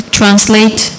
translate